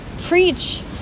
preach